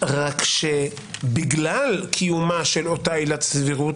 רק שבגלל קיומה של אותה עילת סבירות,